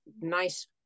nice